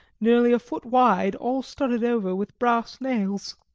nearly a foot wide, all studded over with brass nails.